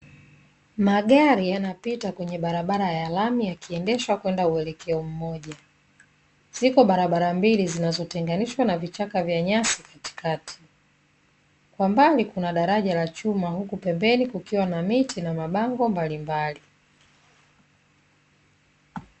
Magari yanapita kwenye barabara ya lami yakiendeshwa kwenda uelekeo mmoja. Ziko barabara mbili zinazotenganishwa na vichaka vya nyasi katikati. Kwa mbali kuna daraja la chuma huku pembeni kukiwa na miti na mabango mbalimbali.